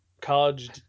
college